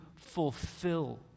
fulfill